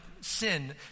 sin